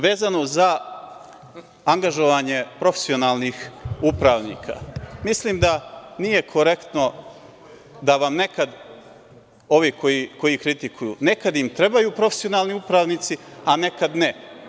Vezano za angažovanje profesionalnih upravnika, mislim da nije korektno da nekada, ovi koji kritikuju, vam trebaju profesionalni upravnici, a nekada ne.